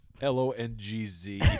L-O-N-G-Z